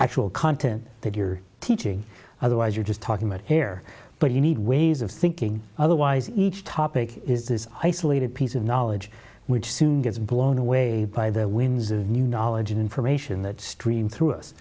actual content that you're teaching otherwise you're just talking about here but you need ways of thinking otherwise each topic is this isolated piece of knowledge which soon gets blown away by the winds of new knowledge and information that stream through us